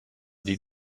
die